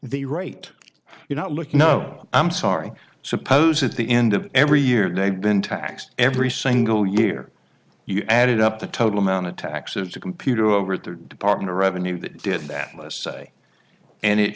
the right you know look no i'm sorry suppose at the end of every year they've been taxed every single year you added up the total amount of taxes to computer over at the department of revenue that did that last say and it